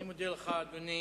אני מודה לך, אדוני.